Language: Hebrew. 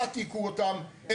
תעתיקו אותם --- אי אפשר להעתיק.